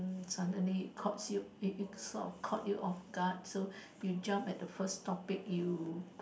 mm suddenly caught you it it sort of caught you off guard so you jump at the first topic you could